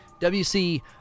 WC